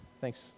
Thanks